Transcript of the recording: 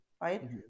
Right